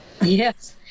Yes